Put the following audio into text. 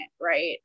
right